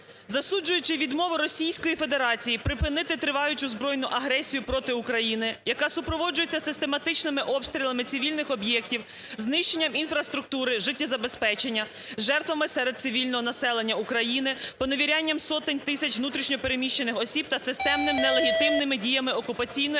"Засуджуючи відмову Російської Федерації припинити триваючу збройну агресію проти України, яка супроводжується систематичними обстрілами цивільних об'єктів, знищенням інфраструктури життєзабезпечення, жертвами серед цивільного населення України, перевірянням сотень тисяч внутрішньо переміщених осіб та системними нелегітимними діями окупаційної